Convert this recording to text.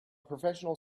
professional